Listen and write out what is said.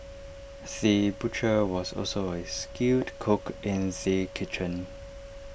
the butcher was also A skilled cook in the kitchen